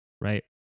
right